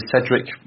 Cedric